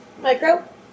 Micro